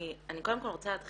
אני קודם כל רוצה להתחיל,